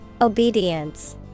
Obedience